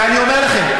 ואני אומר לכם,